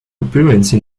appearance